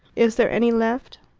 is there any left?